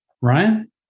Ryan